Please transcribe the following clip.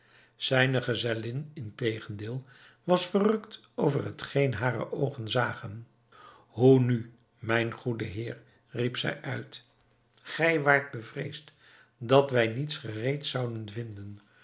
zijne gezellin integendeel was verrukt over hetgeen hare oogen zagen hoe nu mijn goede heer riep zij uit gij waart bevreesd dat wij niets gereed zouden vinden